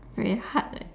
very hard leh